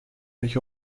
mich